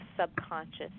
subconscious